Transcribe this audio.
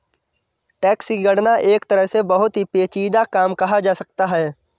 tax की गणना एक तरह से बहुत ही पेचीदा काम कहा जा सकता है